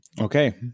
Okay